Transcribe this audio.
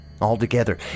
Altogether